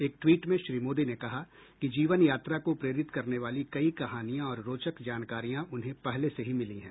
एक ट्वीट में श्री मोदी ने कहा कि जीवन यात्रा को प्रेरित करने वाली कई कहानियां और रोचक जानकारियां उन्हें पहले से ही मिली हैं